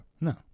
No